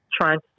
trying